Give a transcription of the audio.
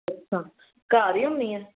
ਅੱਛਾ ਘਰ ਹੀ ਹੁੰਦੀ ਹੈ